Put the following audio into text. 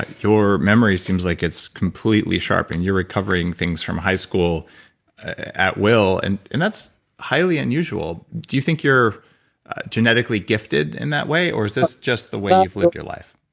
your memory seems like it's completely sharp, and you're recovering things from high school at will, and and that's highly unusual. do you think you're genetically gifted in that way, or is this just the way you've lived your life?